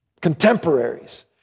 contemporaries